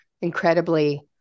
incredibly